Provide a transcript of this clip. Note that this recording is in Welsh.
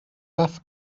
beth